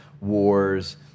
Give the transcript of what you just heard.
wars